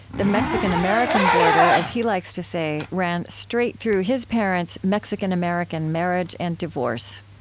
the mexican-american border, as he likes to say, ran straight through his parents' mexican-american marriage and divorce.